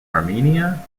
armenia